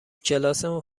کلاسمون